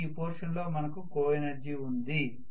ఇక్కడ ఈ పోర్షన్ లో మనకు కోఎనర్జీ ఉంది